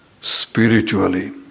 spiritually